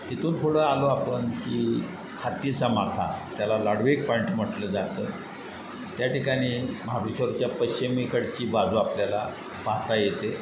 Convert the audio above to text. तिथून पुढं आलो आपण की हात्तीचा माथा त्याला लॉडवीक पॉईंट म्हटलं जातं त्या ठिकाणी महाबेश्वरच्या पश्चिमेकडची बाजू आपल्याला पाहता येते